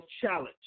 challenge